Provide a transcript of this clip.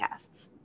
podcasts